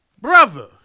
Brother